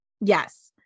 Yes